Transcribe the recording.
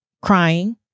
crying